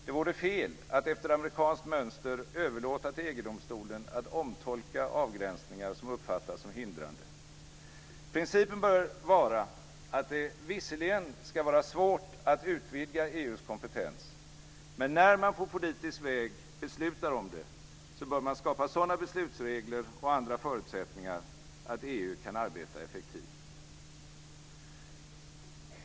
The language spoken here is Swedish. Det vore fel att efter amerikanskt mönster överlåta till EG-domstolen att omtolka avgränsningar som uppfattas som hindrande. Principen bör vara att det visserligen ska vara svårt att utvidga EU:s kompetens, men när man på politisk väg beslutar om det bör man skapa sådana beslutsregler och andra förutsättningar att EU kan arbeta effektivt.